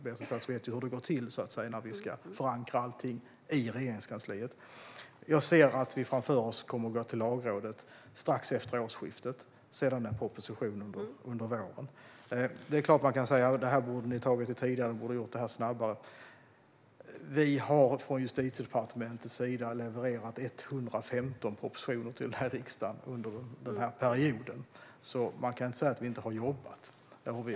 Beatrice Ask vet ju hur det går till i Regeringskansliet när man ska förankra allting. Jag ser framför mig att vi kommer att gå till Lagrådet strax efter årsskiftet, och sedan kommer propositionen under våren. Det är klart att man kan säga att vi borde ha gjort det här snabbare. Men vi har från Justitiedepartementet levererat 115 propositioner till riksdagen under den här mandatperioden, så man kan inte säga att vi inte har jobbat.